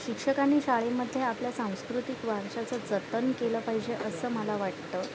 शिक्षकांनी शाळेमध्ये आपल्या सांस्कृतिक वारशाचं जतन केलं पाहिजे असं मला वाटतं